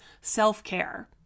self-care